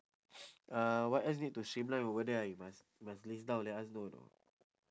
uh what else need to streamline over there ah you must must list down let us know you know